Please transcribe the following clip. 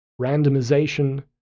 randomization